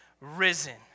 risen